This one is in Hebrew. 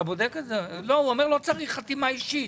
הוא אומר שלא צריך חתימה אישית.